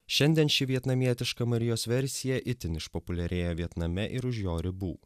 šiandien ši vietnamietiška marijos versija itin išpopuliarėjo vietname ir už jo ribų